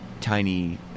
Tiny